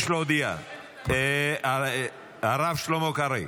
להודיע, הרב שלמה קרעי,